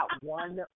one